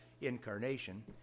incarnation